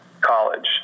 college